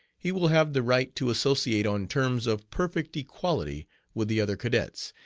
he will have the right to associate on terms of perfect equality with the other cadets,